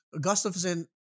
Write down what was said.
Gustafson